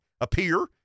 appear